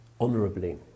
honorably